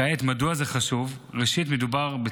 כעת, מדוע זה חשוב?